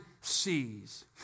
sees